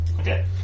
Okay